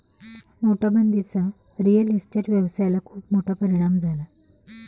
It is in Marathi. नोटाबंदीचा रिअल इस्टेट व्यवसायाला खूप मोठा परिणाम झाला